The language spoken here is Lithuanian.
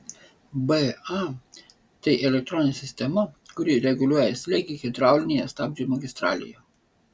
ba tai elektroninė sistema kuri reguliuoja slėgį hidraulinėje stabdžių magistralėje